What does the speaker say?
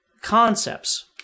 concepts